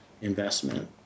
investment